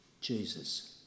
Jesus